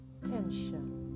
tension